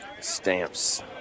Stamps